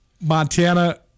Montana